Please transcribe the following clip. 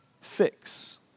fix